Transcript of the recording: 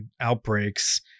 outbreaks